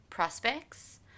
prospects